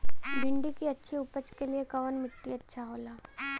भिंडी की अच्छी उपज के लिए कवन मिट्टी अच्छा होला?